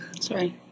Sorry